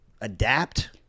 Adapt